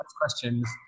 questions